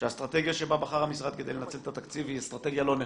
שהאסטרטגיה שבה בחר המשרד כדי לנצל את התקציב היא אסטרטגיה לא נכונה.